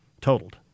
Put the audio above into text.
totaled